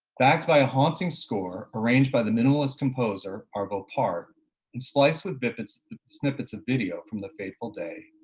backed by a haunting score arranged by the minimalist composer arvo part and spliced with snippets snippets of video from the fateful day.